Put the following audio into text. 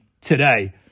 today